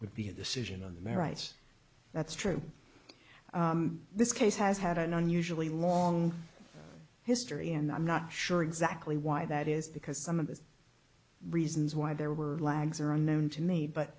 would be a decision on their rights that's true this case has had an unusually long history and i'm not sure exactly why that is because some of the reasons why there were lags are unknown to me but